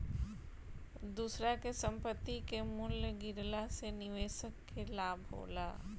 दूसरा के संपत्ति कअ मूल्य गिरला से निवेशक के लाभ होला